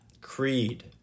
creed